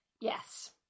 Yes